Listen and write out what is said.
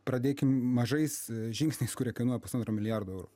pradėkim mažais žingsniais kurie kainuoja pusantro milijardo eurų